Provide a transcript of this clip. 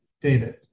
David